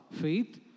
faith